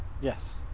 Yes